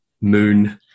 moon